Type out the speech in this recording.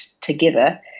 together